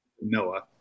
Noah